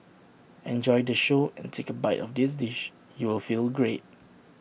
enjoy the show and take A bite of this dish you will feel great